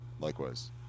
likewise